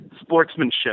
sportsmanship